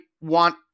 want